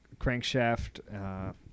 crankshaft